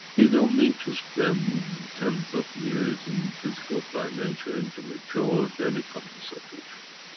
you don't need to spend tens of years in physical dimension to mature then it come to separation.